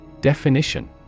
Definition